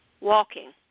walking